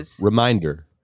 Reminder